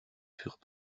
furent